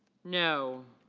no.